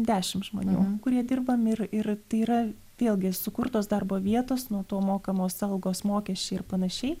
dešim žmonių kurie dirbam ir ir tai yra vėlgi sukurtos darbo vietos nuo to mokamos algos mokesčiai ir panašiai